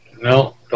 No